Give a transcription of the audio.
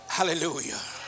Hallelujah